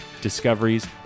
discoveries